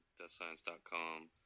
deathscience.com